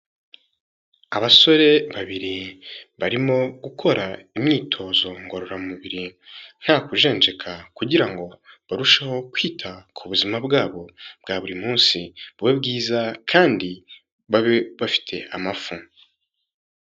Abasore babiri barimo gukora imyitozo ngororamubiri nta kujenjeka kugira ngo barusheho kwita ku buzima bwabo bwa buri munsi bube bwiza kandi babe bafite amafu.